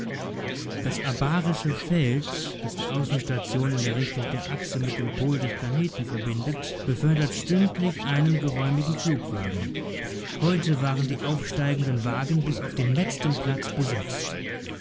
das abarische feld das die außenstation in der richtung der achse mit dem pol des planeten verbindet befördert stündlich einen geräumigen flugwagen heute waren die aufsteigenden wagen bis auf den letzten platz besetzt